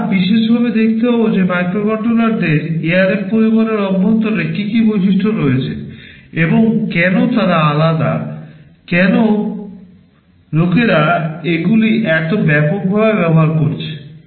আমরা বিশেষভাবে দেখতে পাব যে মাইক্রোকন্ট্রোলারদের ARM পরিবারের অভ্যন্তরে কী কী বৈশিষ্ট্য রয়েছে এবং কেন তারা আলাদা কেন লোকেরা এগুলি এত ব্যাপকভাবে ব্যবহার করছে